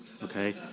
Okay